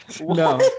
No